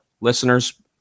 listeners